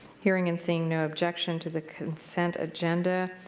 hearing and seeing no objection to the consent agenda,